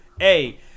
A-